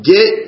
Get